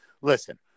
Listen